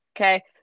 Okay